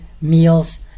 meals